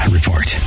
Report